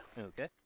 Okay